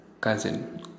cousin